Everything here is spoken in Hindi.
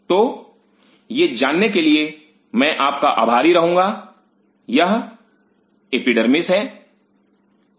तो ये जानने के लिए मैं आपका आभारी रहूंगा यह एपिडर्मिस है